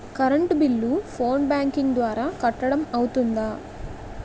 Current bill phone banking ద్వారా కట్టడం అవ్తుందా?